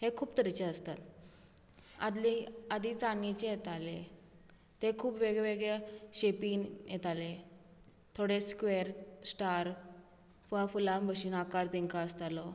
हे खूब तरेचे आसतात आदले आदीं छांदेचे येताले ते खूब वेग वेगळ्या शेपीन येताले थोडे स्क्वेर स्टार वा फुलां भशेन आकार तेंका आसतालो